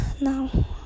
now